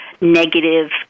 negative